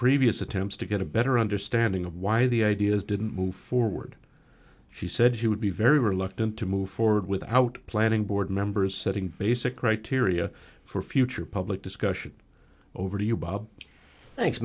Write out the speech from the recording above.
previous attempts to get a better understanding of why the ideas didn't move forward she said she would be very reluctant to move forward without planning board members setting basic criteria for future public discussion over to you bob